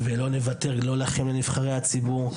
ולא נוותר לכם נבחרי הציבור.